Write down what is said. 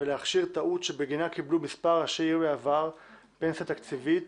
ולהכשיר טעות שבגינה קיבלו מספר ראשי עיר בעבר פנסיה תקציבית